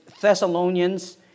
Thessalonians